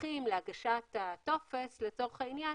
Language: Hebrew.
הדרכים להגשת הטופס לצורך העניין,